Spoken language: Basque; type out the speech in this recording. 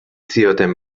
zioten